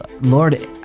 Lord